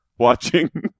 watching